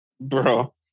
Bro